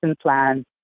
plan